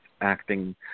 acting